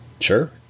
Sure